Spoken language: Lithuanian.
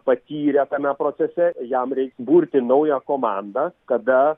patyrę tame procese jam reiks burti naują komandą kada